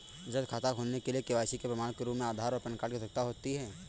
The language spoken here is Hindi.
बचत खाता खोलने के लिए के.वाई.सी के प्रमाण के रूप में आधार और पैन कार्ड की आवश्यकता होती है